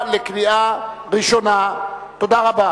34 בעד, אין מתנגדים ואין נמנעים.